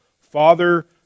Father